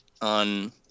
on